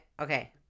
okay